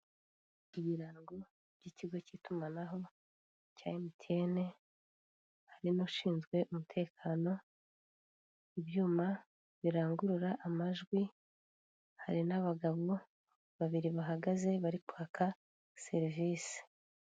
Ibirango by'ikigo k'itumanaho cya emutiyene hari n'ushinzwe umutekano, ibyuma birangurura amajwi, hari n'abagabo babiri bahagaze bari kwaka serivise.